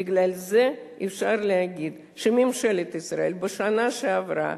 בגלל זה אפשר להגיד שממשלת ישראל בשנה שעברה,